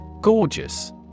Gorgeous